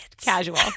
Casual